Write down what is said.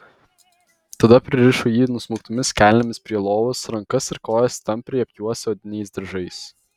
tada pririšo jį nusmauktomis kelnėmis prie lovos rankas ir kojas tampriai apjuosę odiniais diržais